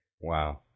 Wow